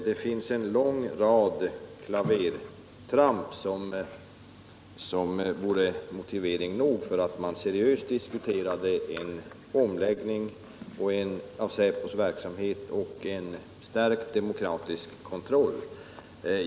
Det har gjorts en lång rad klavertramp som vore motivering nog för att man seriöst diskuterade en omläggning av säpos verksamhet och en stärkt demokratisk kontroll.